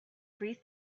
free